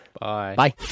Bye